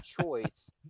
choice